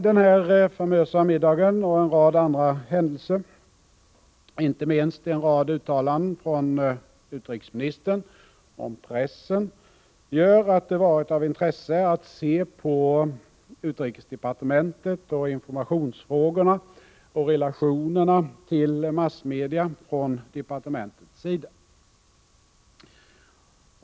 Men den famösa middagen och en rad andra händelser, inte minst en mängd uttalanden från utrikesministern om pressen, har gjort att det varit av intresse att se på utrikesdepartementet och informationsfrågorna och på relationerna till massmedia från departementets sida.